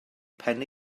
pen